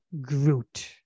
Groot